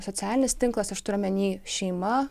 socialinis tinklas aš turiu omeny šeima